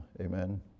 Amen